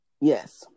Yes